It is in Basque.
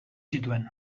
zituen